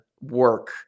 work